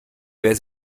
wer